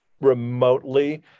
Remotely